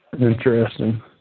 Interesting